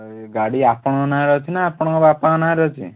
ୟେ ଗାଡ଼ି ଆପଣଙ୍କ ନାଁରେ ଅଛି ନା ଆପଣଙ୍କ ବାପାଙ୍କ ନାଁରେ ଅଛି